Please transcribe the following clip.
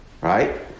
right